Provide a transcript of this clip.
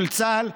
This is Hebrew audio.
של צה"ל?